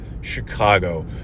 Chicago